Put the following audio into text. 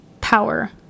power